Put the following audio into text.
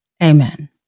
Amen